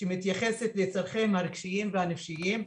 ושמתייחסת לצורכיהם הרגשיים והנפשיים.